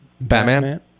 Batman